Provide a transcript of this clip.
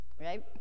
Right